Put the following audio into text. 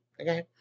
Okay